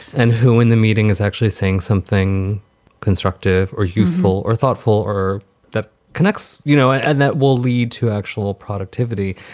and who in the meeting is actually saying something constructive or useful or thoughtful or that connects you know and and that will lead to actual productivity.